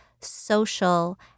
Social